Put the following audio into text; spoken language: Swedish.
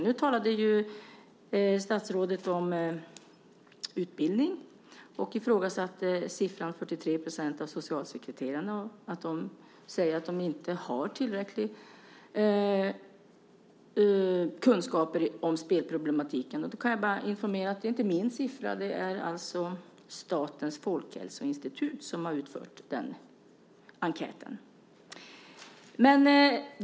Statsrådet talade om utbildning och ifrågasatte siffran att 43 % av socialsekreterarna säger att de inte har tillräcklig kunskap om spelproblematiken. Jag kan informera om att det inte är min siffra; det är Statens folkhälsoinstitut som har utfört enkäten.